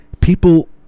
people